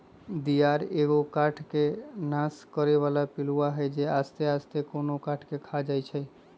दियार एगो काठ के नाश करे बला पिलुआ हई जे आस्ते आस्ते कोनो काठ के ख़ा जाइ छइ